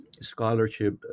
scholarship